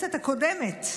בכנסת הקודמת,